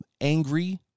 angry